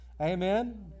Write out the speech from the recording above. amen